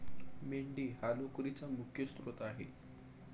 मेंढी हा लोकरीचा मुख्य स्त्रोत आहे